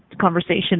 conversation